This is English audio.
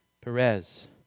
Perez